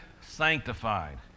sanctified